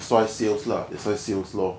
quite sales lah that's why sales lor